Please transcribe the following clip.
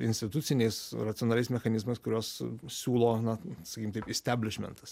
instituciniais racionaliais mechanizmais kurios siūlo na sakykim taip isteblišmentas